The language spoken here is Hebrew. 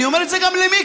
אני אומר את זה גם למיקי,